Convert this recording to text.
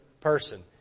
person